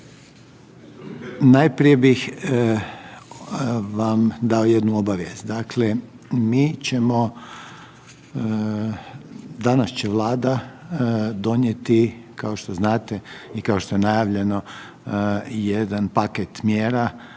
najprije bih vam dao jednu obavijest. Dakle, mi ćemo, danas će Vlada donijeti kao što znate i kao što je najavljeno jedan paket mjera,